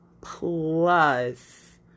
plus